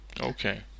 Okay